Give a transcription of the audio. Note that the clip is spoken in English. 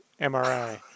MRI